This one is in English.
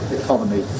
economy